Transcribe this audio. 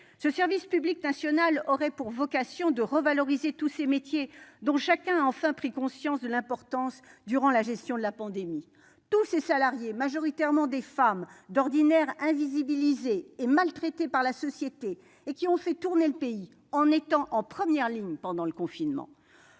Ce service public national aurait pour vocation de revaloriser tous ces métiers, dont chacun a enfin pris conscience de l'importance durant la pandémie. Tous ces salariés, majoritairement des femmes, d'ordinaire invisibilisés et maltraités par la société, ont fait tourner le pays en étant en première ligne pendant le confinement.